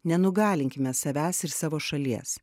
nenugalinkime savęs ir savo šalies